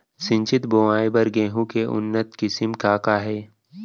सिंचित बोआई बर गेहूँ के उन्नत किसिम का का हे??